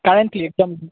currently একদম